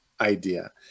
idea